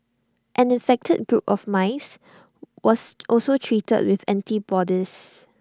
an infected group of mice was also treated with antibodies